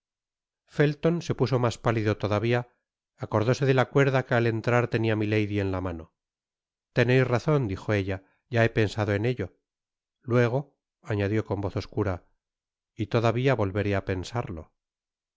felton se puso mas pálido todavia acordóse de la cuerda que al entrar tenia milady en la mano teneis razon dijo ella ya he pensado en ello luego añadió con voz oscura y todavia volveré á pensarlo